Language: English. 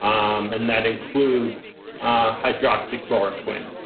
um and that includes hydroxychloroquine.